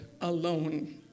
alone